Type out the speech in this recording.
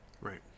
Right